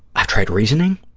i've tried reasoning.